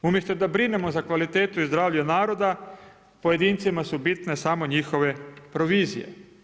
Umjesto da brinemo za kvalitetu i zdravlje naroda pojedincima su bitne samo njihove provizije.